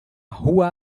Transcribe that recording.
rua